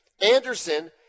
Anderson